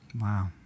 Wow